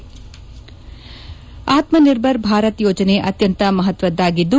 head Atmanirbhar Bharat ಯೋಜನೆ ಅತ್ಯಂತ ಮಹತ್ವದ್ದಾಗಿದ್ದು